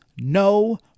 no